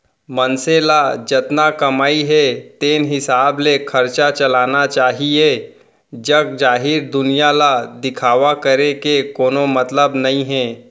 मनसे ल जतना कमई हे तेने हिसाब ले खरचा चलाना चाहीए जग जाहिर दुनिया ल दिखावा करे के कोनो मतलब नइ हे